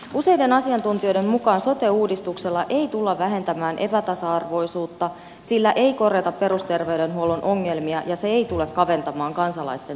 useiden asiantuntijoiden mukaan sote uudistuksella ei tulla vähentämään epätasa arvoisuutta sillä ei korjata perusterveydenhuollon ongelmia ja se ei tule kaventamaan kansalaisten terveyseroja